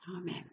Amen